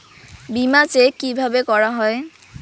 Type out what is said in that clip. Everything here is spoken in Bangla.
বিমা চেক কিভাবে করা হয়?